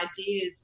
ideas